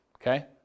Okay